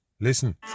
Listen